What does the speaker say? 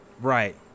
Right